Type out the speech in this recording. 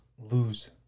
lose